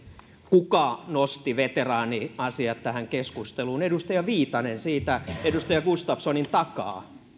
kuka nosti veteraaniasiat tähän keskusteluun edustaja viitanen siitä edustaja gustafssonin takaa